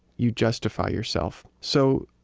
you justify yourself. so,